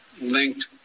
linked